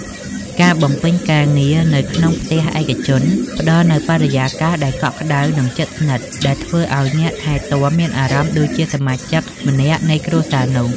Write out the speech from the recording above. ការបំពេញការងារនៅក្នុងផ្ទះឯកជន ផ្តល់នូវបរិយាកាសដែលកក់ក្តៅ និងជិតស្និទ្ធ ដែលធ្វើឱ្យអ្នកថែទាំមានអារម្មណ៍ដូចជាសមាជិកម្នាក់នៃគ្រួសារនោះ។